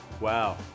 Wow